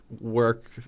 work